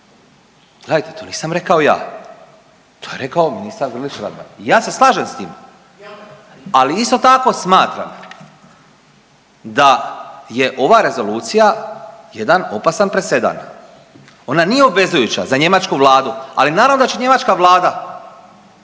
Gledajte, to nisam rekao ja, to je rekao ministar Grlić Radman i ja se slažem s tim, ali isto tako smatram da je ova rezolucija jedan opasan presedan. Ona nije obvezujuća za njemačku vladu, ali naravno da će njemačka vlada